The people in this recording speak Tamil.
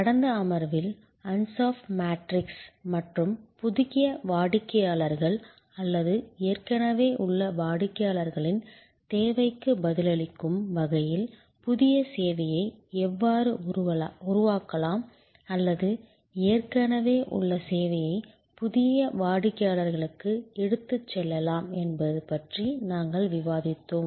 கடந்த அமர்வில் அன்சாஃப் மேட்ரிக்ஸ் மற்றும் புதிய வாடிக்கையாளர்கள் அல்லது ஏற்கனவே உள்ள வாடிக்கையாளர்களின் தேவைக்கு பதிலளிக்கும் வகையில் புதிய சேவையை எவ்வாறு உருவாக்கலாம் அல்லது ஏற்கனவே உள்ள சேவையை புதிய வாடிக்கையாளர்களுக்கு எடுத்துச் செல்லலாம் என்பது பற்றி நாங்கள் விவாதித்தோம்